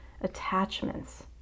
attachments